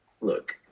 look